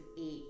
eight